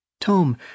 Tom